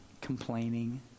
complaining